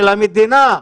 של המדינה,